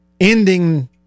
ending